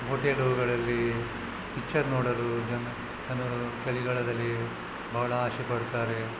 ಹೋಟೆಲುಗಳಲ್ಲಿ kitchen ನೋಡಲು ಜನ ಜನರು ಚಳಿಗಾಲದಲ್ಲಿ ಬಹಳ ಆಸೆ ಪಡ್ತಾರೆ